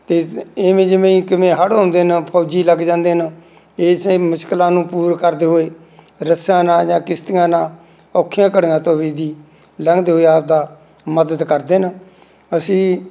ਅਤੇ ਇਵੇਂ ਜਿਵੇਂ ਕਿਵੇਂ ਹੜ੍ਹ ਆਉਂਦੇ ਨੇ ਫੌਜੀ ਲੱਗ ਜਾਂਦੇ ਨੇ ਇਸ ਮੁਸ਼ਕਲਾਂ ਨੂੰ ਪਾਰ ਕਰਦੇ ਹੋਏ ਰੱਸਾ ਨਾਲ ਜਾਂ ਕਿਸ਼ਤੀਆਂ ਨਾਲ ਔਖੀਆਂ ਘੜੀਆਂ ਤੋਂ ਵੀ ਜੀ ਲੰਘਦੇ ਹੋਏ ਆਪਣਾ ਮਦਦ ਕਰਦੇ ਨੇ ਅਸੀਂ